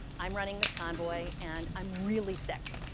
i'm running this convoy, and i'm really sick.